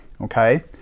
Okay